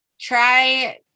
try